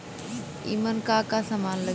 ईमन का का समान लगी?